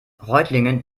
reutlingen